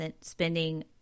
spending